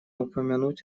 упомянуть